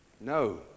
No